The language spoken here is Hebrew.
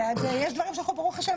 ויש דברים שברוך השם,